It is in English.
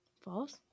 False